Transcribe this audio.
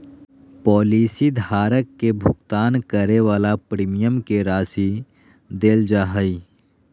policy धारक के भुगतान करे वाला प्रीमियम के राशि देल जा हइ